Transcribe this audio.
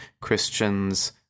Christians